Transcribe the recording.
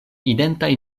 identaj